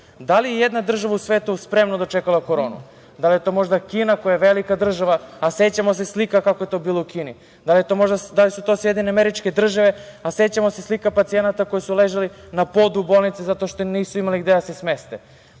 Da li je i jedna država u svetu spremno dočekala koronu? Da li je to možda Kina koja je velika država, a sećamo se slika kako je to bilo u Kini. Da li je to možda SAD? A sećamo se slika pacijenata koji su ležali na podu bolnice zato što nisu imali gde da se smeste.